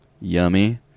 yummy